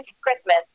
Christmas